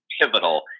pivotal